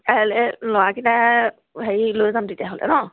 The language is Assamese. কাইলৈ ল'ৰাকেইটা হেৰি লৈ যাম তেতিয়াহ'লে নহ্